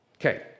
Okay